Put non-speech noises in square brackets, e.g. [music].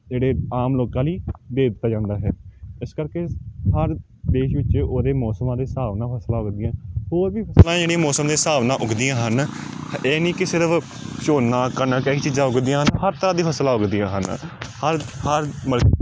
ਜਿਹੜੇ ਆਮ ਲੋਕਾਂ ਲਈ ਵੇਚ ਦਿੱਤਾ ਜਾਂਦਾ ਹੈ ਇਸ ਕਰਕੇ ਹਰ ਦੇਸ਼ ਵਿੱਚ ਉਹਦੇ ਮੌਸਮਾਂ ਦੇ ਹਿਸਾਬ ਨਾਲ ਫਸਲਾਂ ਉੱਗਦੀਆਂ ਹੋਰ ਵੀ ਫਸਲਾਂ ਜਿਹੜੀਆਂ ਮੌਸਮ ਦੇ ਹਿਸਾਬ ਨਾਲ ਉੱਗਦੀਆਂ ਹਨ ਹ ਇਹ ਨਹੀਂ ਕਿ ਸਿਰਫ਼ ਝੋਨਾ ਕਣਕ ਇਹ ਹੀ ਚੀਜ਼ਾਂ ਉੱਗਦੀਆਂ ਹਰ ਤਰ੍ਹਾਂ ਦੀ ਫਸਲਾਂ ਉੱਗਦੀਆਂ ਹਨ ਹਰ ਹਰ [unintelligible]